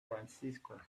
francisco